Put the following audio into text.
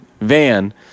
van